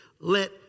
Let